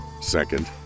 second